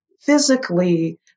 physically